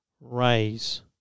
Raise